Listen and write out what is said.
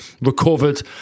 recovered